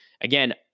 Again